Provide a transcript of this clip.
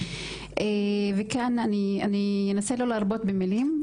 וכאן אני אנסה לא להרבות במילים,